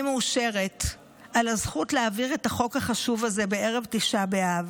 אני מאושרת על הזכות להעביר את החוק החשוב הזה בערב תשעה באב.